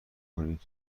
کنید